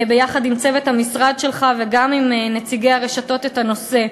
יחד עם צוות המשרד שלך וגם עם נציגי הרשתות את הנושא.